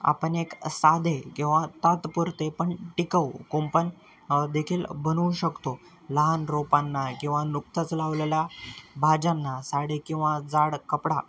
आपण एक साधे किंवा तात्पुरते पण टिकाऊ कुंपण देखील बनवू शकतो लहान रोपांना किंवा नुकत्याच लावलेल्या भाज्यांना साडी किंवा जाड कपडा